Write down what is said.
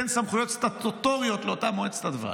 סמכויות סטטוטוריות לאותה מועצת הדבש,